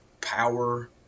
power